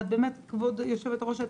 כבוד היושבת-ראש,